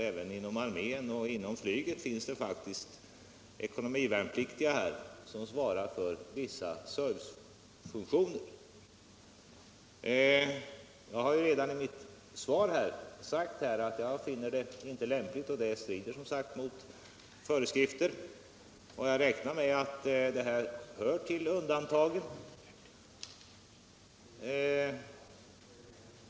Även inom armén och inom marinen finns det faktiskt ekonomivärnpliktiga som svarar för vissa servicefunktioner. Jag har redan i mitt svar sagt att jag inte finner den påtalade verksamheten lämplig — den strider som nämnts mot föreskrifterna, och jag räknar med att den hör till undantagen.